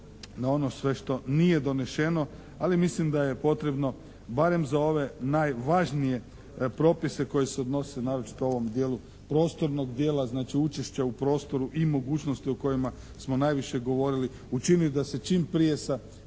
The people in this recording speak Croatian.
na ono sve što nije donešeno ali mislim da je potrebno barem za ove najvažnije propise koji se odnose naročito u ovom dijelu prostornog dijela, znači učešća u prostoru i mogućnosti o kojima smo najviše govorili učiniti da se čim prije sa